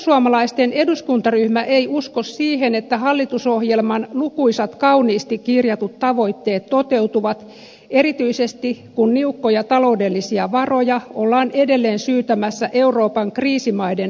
perussuomalaisten eduskuntaryhmä ei usko siihen että hallitusohjelman lukuisat kauniisti kirjatut tavoitteet toteutuvat erityisesti kun niukkoja taloudellisia varoja ollaan edelleen syytämässä euroopan kriisimaiden pelastamisoperaatioon